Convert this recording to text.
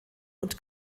und